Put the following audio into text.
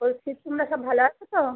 বলছি তোমরা সব ভালো আছো তো